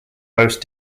most